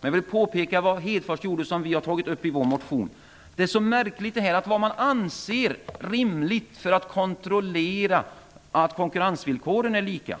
Jag vill påpeka vad Hedfors sade och som vi har tagit upp i vår motion. Det är märkligt vad man anser vara rimligt när det gäller att kontrollera att konkurrensvillkoren är lika